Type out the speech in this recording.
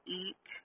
eat